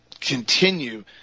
Continue